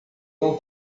não